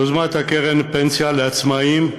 "יוזמה, קרן פנסיה לעצמאים"